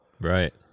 Right